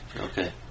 Okay